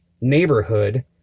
neighborhood